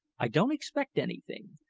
i don't expect anything,